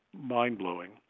mind-blowing